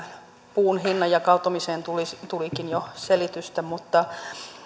puun hinnan jakautumiseen tulikin jo selitystä mutta